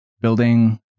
building